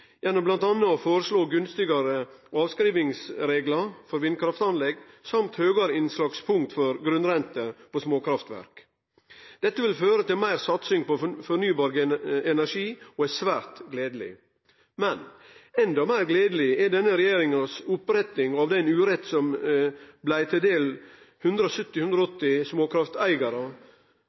gjennom bl.a. å føreslå gunstigare avskrivingsreglar for vindkraftanlegg, og høgare innslagspunkt for grunnrente på småkraftverk. Dette vil føre til meir satsing på fornybar energi, og det er svært gledeleg. Men endå meir gledeleg er det at denne regjeringa rettar opp den uretten som blei 170–180 småkrafteigarar til del